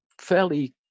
fairly